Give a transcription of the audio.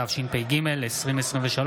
התשפ"ג 2023,